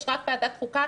יש רק ועדת חוקה?